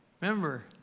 remember